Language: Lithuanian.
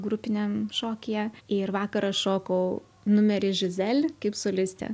grupiniam šokyje ir vakar aš šokau numerį žizel kaip solistė